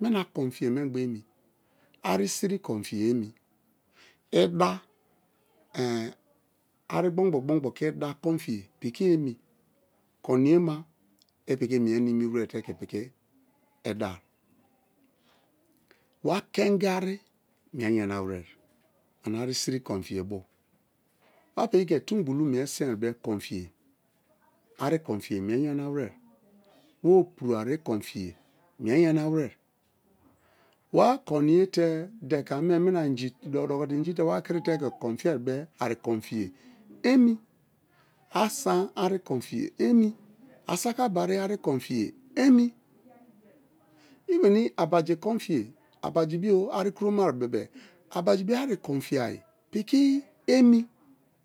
mina konfiye mengba emi, ari siri, kon fiye emi, idari ari gbon gbon ke idari konfiye piki emi koniye ma i piki mie nimi were te piki idari. Wa kenge ari mie yanawere ane ari siri konfiye bo wapiki ke̱ tu̱ ibulu mie̱ sien be ari konfiye mie yanawere wa opu ari konfiye mie yanawere wa koniye te deke-ame mina inji odoko̱ te̱ inji te̱ wa kiri te̱ ke̱ konfiye be̱ ari konfiye emi, asan ari konfiye emi, asakabari ari konfiye emi i meni abiji konfiye abaji bio ari kromai bebe-e abaji bio ari konfi̱yai̱ pi̱ki̱ emi.